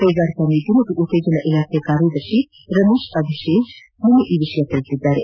ಕೈಗಾರಿಕಾ ನೀತಿ ಮತ್ತು ಉತ್ತೇಜನ ಇಲಾಖೆಯ ಕಾರ್ಯದರ್ಶಿ ರಮೇಶ್ ಅಭಿಷೇಜ್ ನಿನ್ನೆ ಈ ವಿಷಯ ತಿಳಿಸಿದ್ದಾರೆ